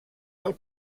del